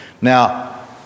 Now